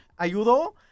ayudó